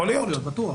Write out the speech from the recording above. לא יכול להיות, בטוח.